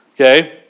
Okay